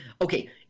Okay